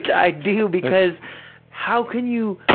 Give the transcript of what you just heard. i do, because how can you,